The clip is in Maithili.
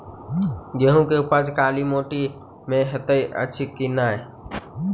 गेंहूँ केँ उपज काली माटि मे हएत अछि की नै?